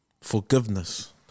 Forgiveness